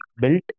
built